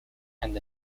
and